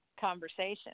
conversation